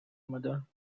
mother